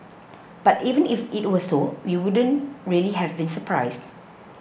but even if it were so we wouldn't really have been surprised